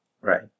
Right